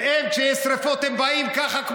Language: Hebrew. כשיש שרפות הם באים ככה,